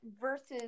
versus